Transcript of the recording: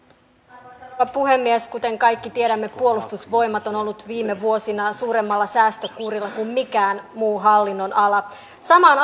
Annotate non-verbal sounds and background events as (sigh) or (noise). arvoisa rouva puhemies kuten kaikki tiedämme puolustusvoimat on ollut viime vuosina suuremmalla säästökuurilla kuin mikään muu hallinnonala samaan (unintelligible)